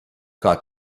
got